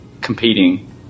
competing